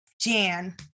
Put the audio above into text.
Jan